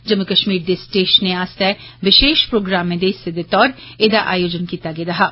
जम्मू कश्मीर दे स्टेशनें आस्तै बशेष प्रोग्रामें दे हिस्से दे तौर एह्दा आयोजन कीता गेदा हा